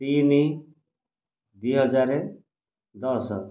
ତିନି ଦୁଇ ହଜାର ଦଶ